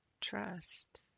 Trust